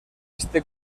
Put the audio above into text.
este